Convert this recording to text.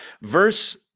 Verse